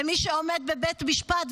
ומי שעומד בבית משפט,